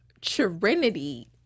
Trinity